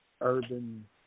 urban